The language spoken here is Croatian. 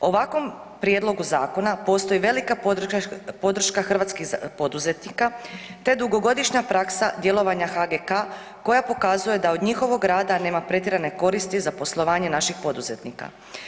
Ovakvog prijedlogu zakona postoji velika podrška hrvatskih poduzetnika te dugogodišnja praksa djelovanja HGK koja pokazuje da on njihovog rada nema pretjerane koristi za poslovanje naših poduzetnika.